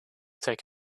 take